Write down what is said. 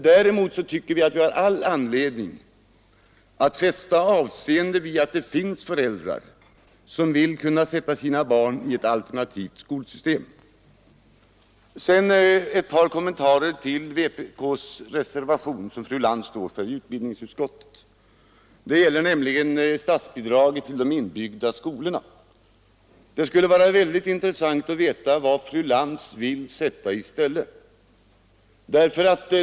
Däremot tycker vi oss ha all anledning att fästa avseende vid att det finns föräldrar som vill kunna sätta sina barn i ett alternativt skolsystem. Jag vill också göra ett par kommentarer till vpk:s särskilda yttrande, som fru Lantz står för, i fråga om statsbidrag till de inbyggda yrkesskolorna. Det skulle vara väldigt intressant att veta vad fru Lantz vill sätta i stället.